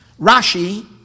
Rashi